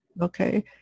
Okay